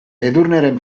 edurneren